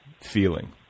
feeling